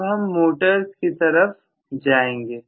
अब हम मोटर्स की तरफ जाएंगे